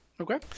Okay